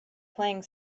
playing